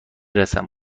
رسم